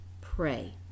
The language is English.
pray